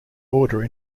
order